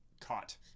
caught